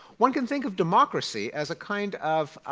one can think of democracy as a kind of